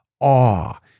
awe